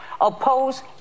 Oppose